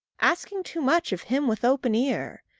asking too much of him with open ear!